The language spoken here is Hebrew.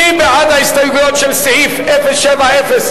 מי בעד ההסתייגויות של סעיף 070106,